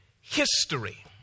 history